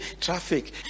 traffic